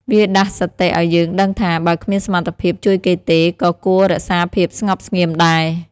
វាដាស់សតិឱ្យយើងដឹងថា បើគ្មានសមត្ថភាពជួយគេទេ ក៏គួររក្សាភាពស្ងប់ស្ងៀមដែរ។